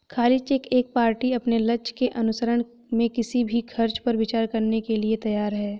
खाली चेक एक पार्टी अपने लक्ष्यों के अनुसरण में किसी भी खर्च पर विचार करने के लिए तैयार है